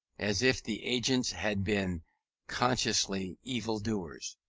as if the agents had been consciously evil doers.